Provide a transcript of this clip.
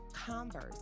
Converse